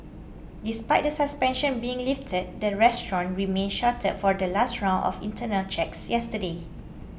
despite the suspension being lifted the restaurant remained shuttered for the last round of internal checks yesterday